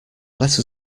let